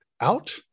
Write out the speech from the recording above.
out